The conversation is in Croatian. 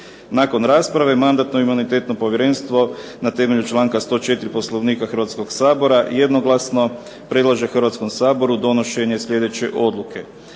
Nakon rasprave Mandatno-imunitetno povjerenstvo na temelju članka 104. Poslovnika Hrvatskoga sabora jednoglasno predlaže Hrvatskom saboru donošenje sljedeće odluke.